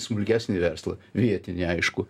smulkesnį verslą vietinį aišku